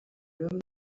room